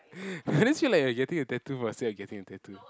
I just feel like getting a tattoo for the sake of getting a tattoo